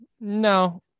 no